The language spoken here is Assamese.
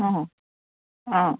অঁ অঁ